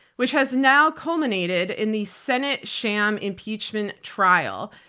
which has now culminated in the senate sham impeachment trial.